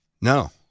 No